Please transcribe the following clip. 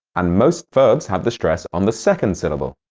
and most verbs have the stress on the second syllable.